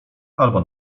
albo